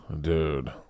Dude